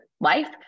life